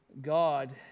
God